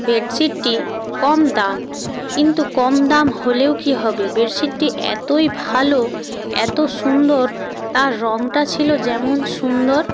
বেডশিটটি কম দাম কিন্তু কম দাম হলেও কী হবে বেডশিটটি এতোই ভালো এতো সুন্দর তার রঙটা ছিল যেমন সুন্দর